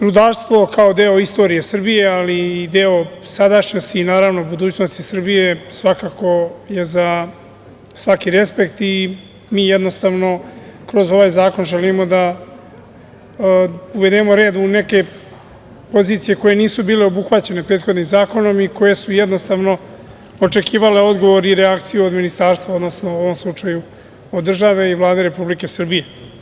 Rudarstvo kao deo istorije Srbije, ali i deo sadašnjosti i naravno, budućnosti Srbije svakako je za svaki respekt i mi jednostavno kroz ovaj zakon želimo da uvedemo red u neke pozicije koje nisu bile obuhvaćene prethodnim zakonom i koje su jednostavno očekivale odgovor i reakciju od ministarstva, odnosno u ovom slučaju od države i Vlade Republike Srbije.